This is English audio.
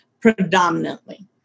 predominantly